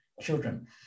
children